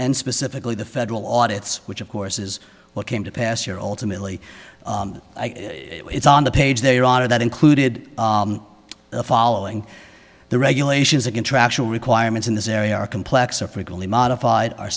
and specifically the federal audit which of course is what came to pass your all timidly it's on the page there your honor that included the following the regulations that contractual requirements in this area are complex are frequently modified are